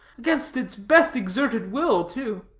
against its best exerted will, too.